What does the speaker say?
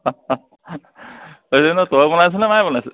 হেৰি নহয় তই বনাইছ নে মায়ে বনাইছে